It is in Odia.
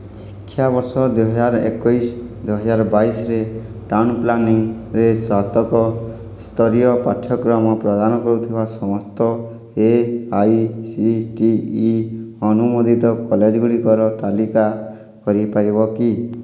ଶିକ୍ଷାବର୍ଷ ଦୁଇହଜାର ଏକୋଇଶ ଦୁଇହଜାର ବାଇଶରେ ଟାଉନ୍ ପ୍ଲାନିଂରେ ସ୍ନାତକ ସ୍ତରୀୟ ପାଠ୍ୟକ୍ରମ ପ୍ରଦାନ କରୁଥିବା ସମସ୍ତ A I C T E ଅନୁମୋଦିତ କଲେଜ ଗୁଡ଼ିକର ତାଲିକା କରିପାରିବକି